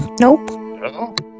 Nope